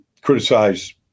criticize